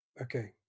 Okay